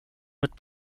mit